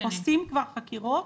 הם עושים כבר חקירות,